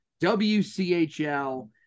WCHL